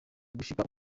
gushika